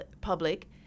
public